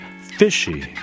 fishy